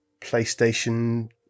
PlayStation